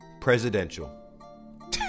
presidential